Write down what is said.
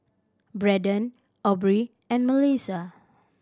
Brendon Aubree and Mellissa